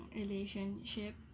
relationship